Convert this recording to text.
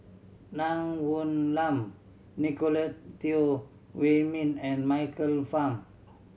Nun Woon Lam Nicolette Teo Wei Min and Michael Fam